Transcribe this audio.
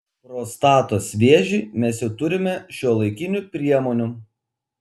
prostatos vėžiui mes jau turime šiuolaikinių priemonių